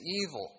evil